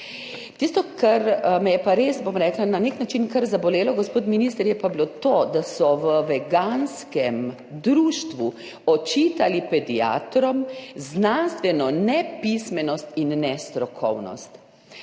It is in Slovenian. Tisto, kar me je pa res, bom rekla, na nek način zabolelo, gospod minister, je pa bilo to, da so v veganskem društvu očitali pediatrom znanstveno nepismenost in nestrokovnost.